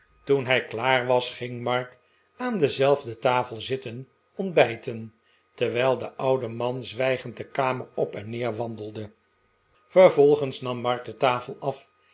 toen hij klaar was ging mark aan dezelfde tafel zitten ontbijten terwijl de oude man zwijgend de kamer op en neer wandelde vervolgens nam mark de tafel af